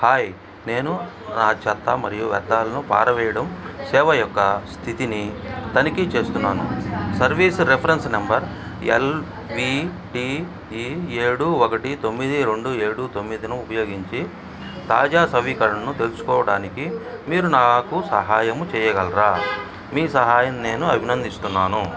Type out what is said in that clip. hi నేను నా చెత్త మరియు వ్యర్థాలను పారవేయడం సేవ యొక్క స్థితిని తనిఖీ చేస్తున్నాను సర్వీస్ రెఫరెన్స్ నంబర్ ఎల్వీటీఈ ఏడు ఒకటి తొమ్మిది రెండు ఏడు తొమ్మిదిను ఉపయోగించి తాజా సవీకరణలను తెలుసుకోవడానికి మీరు నాకు సహాయము చేయగలరా మీ సహాయం నేను అభినందిస్తున్నాను